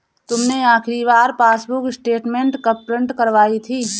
तुमने आखिरी बार पासबुक स्टेटमेंट कब प्रिन्ट करवाई थी?